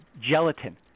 gelatin